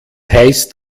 heißt